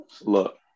Look